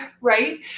right